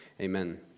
Amen